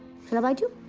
shall bite you?